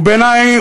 ובעיני,